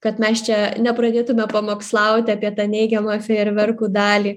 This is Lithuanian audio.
kad mes čia nepradėtume pamokslaut apie tą neigiamą fejerverkų dalį